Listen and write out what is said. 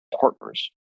partners